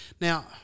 now